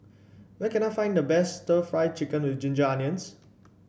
where can I find the best stir Fry Chicken with Ginger Onions